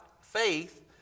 faith